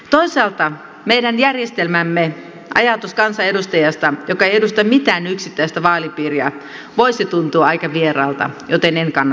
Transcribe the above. toisaalta meidän järjestelmäämme ajatus kansanedustajasta joka ei edusta mitään yksittäistä vaalipiiriä voisi tuntua aika vieraalta joten en kannata sitä